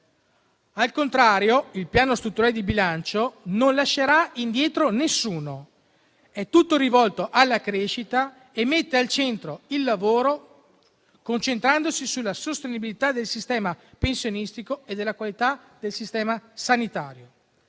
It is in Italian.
Al contrario, il Piano strutturale di bilancio non lascerà indietro nessuno. È tutto rivolto alla crescita e mette al centro il lavoro, concentrandosi sulla sostenibilità del sistema pensionistico e sulla qualità del sistema sanitario;